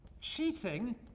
cheating